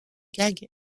gags